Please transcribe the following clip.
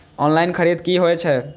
Online खरीद की होए छै?